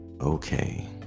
Okay